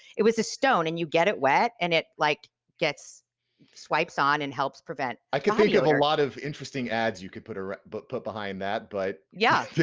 it was a stone and you get it wet and it like gets swipes on and helps prevent. i could think of a lot of interesting ads you could put ah but put behind that but yeah yeah